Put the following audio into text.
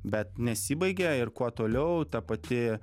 bet nesibaigia ir kuo toliau ta pati